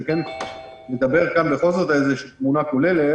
שכן מדבר על איזו שהיא תמונה כוללת.